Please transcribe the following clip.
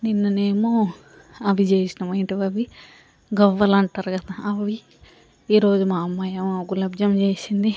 నిన్ననేమో అవి చేసినాం ఏంటివి అవి గవ్వలంటారు కదా అవి ఈరోజు మా అమ్మాయి ఏమో గులాబ్జామ్ చేసింది